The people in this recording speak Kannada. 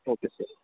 ಓಕೆ ಸರಿ